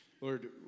Lord